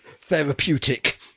Therapeutic